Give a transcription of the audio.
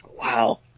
Wow